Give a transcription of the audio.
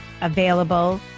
available